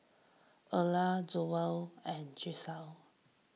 Erla Zollie and Jalissa